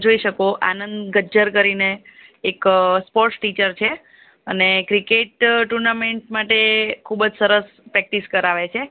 જોઈ શકો આનંદ ગજ્જર કરીને એક સ્પોર્ટ્સ ટિચર છે અને ક્રિકેટ ટુર્નામેંટ માટે ખૂબ જ સરસ પ્રેક્ટિસ કરાવે છે